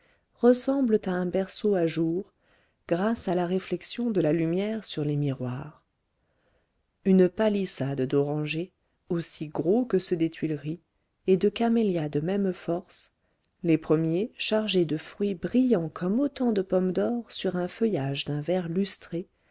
ressemblent à un berceau à jour grâce à la réflexion de la lumière sur les miroirs une palissade d'orangers aussi gros que ceux des tuileries et de camélias de même force les premiers chargés de fruits brillants comme autant de pommes d'or sur un feuillage d'un vert lustré